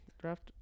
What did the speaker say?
draft